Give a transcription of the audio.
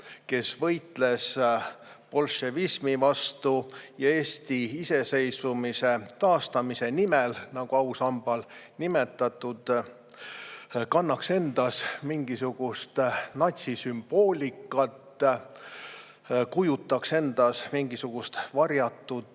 kes võitles bolševismi vastu ja Eesti iseseisvumise taastamise nimel, nagu ausambal nimetatud, kannaks endas mingisugust natsisümboolikat ja kujutaks endas mingisugust varjatud